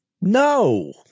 No